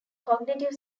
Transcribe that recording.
cognitive